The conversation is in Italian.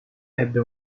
ebbe